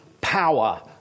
power